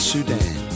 Sudan